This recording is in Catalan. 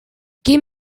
quin